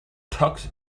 tux